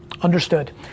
Understood